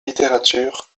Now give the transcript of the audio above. littérature